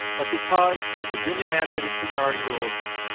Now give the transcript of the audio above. but because of the union mandated seniority rules,